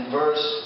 verse